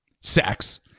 sex